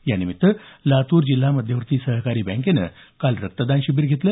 यानिमित्त लातूर जिल्हा मध्यवर्ती सहकारी बँकेनं काल रक्तदान शिबिर घेतलं